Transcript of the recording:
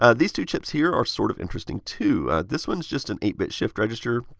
ah these two chips here are sort of interesting too. this one is just an eight bit shift register.